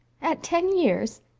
at ten years?